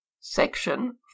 Section